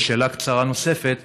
שאלה קצרה נוספת: